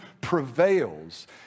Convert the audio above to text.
prevails